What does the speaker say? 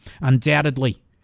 Undoubtedly